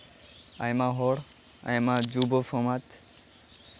ᱟᱭᱢᱟ ᱦᱚᱲ ᱟᱭᱢᱟ ᱡᱩᱵᱚ ᱥᱚᱢᱟᱡᱽ